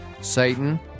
Satan